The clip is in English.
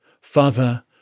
father